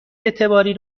اعتباری